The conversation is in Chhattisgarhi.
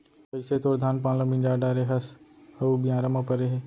कइसे तोर धान पान ल मिंजा डारे हस अउ बियारा म परे हे